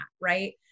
right